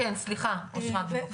כן, סליחה, אושרת בבקשה.